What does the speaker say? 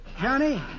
Johnny